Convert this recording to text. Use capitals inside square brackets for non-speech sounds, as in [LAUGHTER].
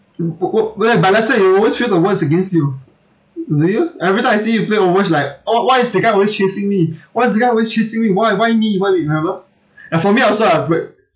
[NOISE] where but let's say you always feel the world is against you do you every time I see you play always like oh why is the guy always chasing me why is the guy always chasing me why why me why me remember ya for me I also I break